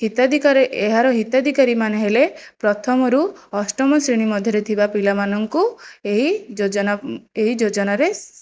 ହିତାଧିକାରୀ ଏହାର ହିତାଧିକାରୀମାନେ ହେଲେ ପ୍ରଥମରୁ ଅଷ୍ଟମ ଶ୍ରେଣୀ ମଧ୍ୟରେ ଥିବା ପିଲାମାନଙ୍କୁ ଏହି ଯୋଜନା ଏହି ଯୋଜନାରେ